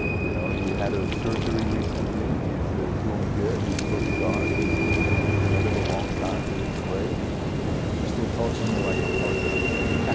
you know he had a surgery recently. he's doing good. he's still sharp. he thinks he's gonna live a long time which is great he still talks to me like i'm part of that life